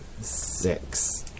six